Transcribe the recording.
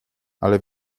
ale